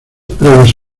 previos